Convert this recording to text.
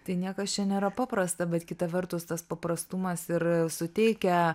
tai niekas čia nėra paprasta bet kita vertus tas paprastumas ir suteikia